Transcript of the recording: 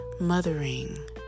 mothering